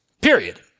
Period